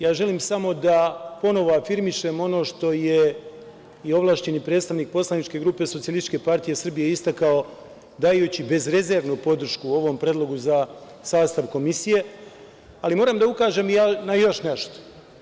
Ja želim samo da ponovo afirmišem ono što je i ovlašćeni predstavnik poslaničke grupe SPS istakao, dajući bezrezervnu podršku ovom predlogu za sastav komisije, ali moram da ukažem na još nešto.